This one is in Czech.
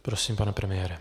Prosím, pane premiére.